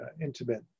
intimate